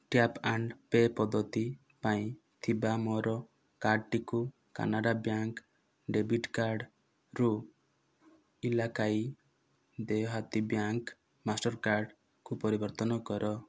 tap and pay' ପଦ୍ଧତି ପାଇଁ ଥିବା ମୋର କାର୍ଡ଼୍ଟିକୁ କାନାରା ବ୍ୟାଙ୍କ୍ ଡେବିଟ୍ କାର୍ଡ଼୍ରୁ ଇଲାକାଈ ଦେହାତୀ ବ୍ୟାଙ୍କ୍ ମାଷ୍ଟର୍କାର୍ଡ଼୍କୁ ପରିବର୍ତ୍ତନ କର